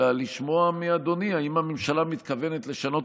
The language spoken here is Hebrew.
אלא לשמוע מאדוני אם הממשלה מתכוונת לשנות